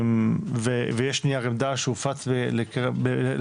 ויש נייר עמדה שהופץ לוועדה,